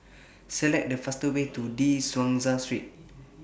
Select The fastest Way to De Souza Street